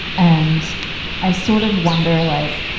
and i sort of wonder, like,